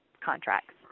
contracts